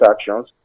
actions